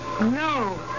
No